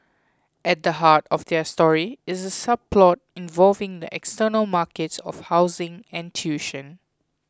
at the heart of their story is a subplot involving the external markets of housing and tuition